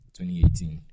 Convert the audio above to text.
2018